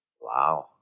Wow